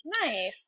Nice